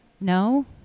No